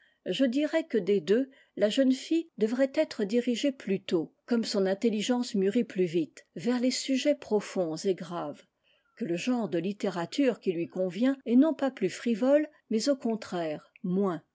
je dirais que des deux la jeune fille devrait être dirigée plus tôt comme son intelligence mûrit plus vite vers les sujets profonds et graves que le genre de littérature qui lui convient est non pas plus frivole mais au contraire moins